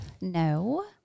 No